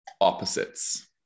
opposites